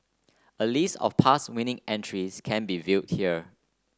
a list of past winning entries can be viewed here